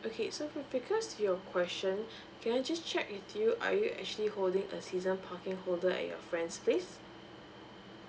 okay so with regards to your question can I just check with you are you actually holding season parking holder at your friend's place